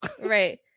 Right